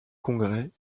congrès